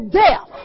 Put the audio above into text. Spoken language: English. death